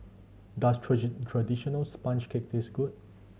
does traditional sponge cake taste good